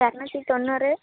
இரநூத்தி தொண்ணூறு